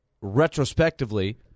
retrospectively